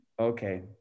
Okay